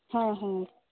হ্যাঁ হ্যাঁ